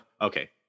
Okay